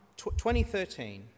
2013